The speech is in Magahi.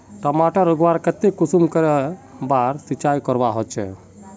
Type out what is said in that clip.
टमाटर उगवार केते कुंसम करे बार सिंचाई करवा होचए?